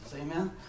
Amen